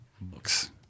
books